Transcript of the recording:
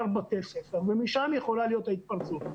בתי ספר ומשם יכולה להיות ההתפרצות.